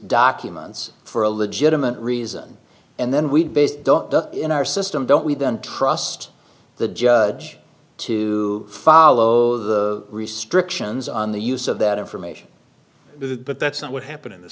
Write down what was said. documents for a legitimate reason and then we base don't duck in our system don't we don't trust the judge to follow the restrictions on the use of that information but that's not what happened in th